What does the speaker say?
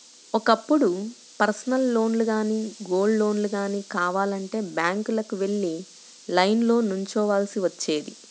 ఒకప్పుడు పర్సనల్ లోన్లు గానీ, గోల్డ్ లోన్లు గానీ కావాలంటే బ్యాంకులకు వెళ్లి లైన్లో నిల్చోవాల్సి వచ్చేది